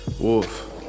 Wolf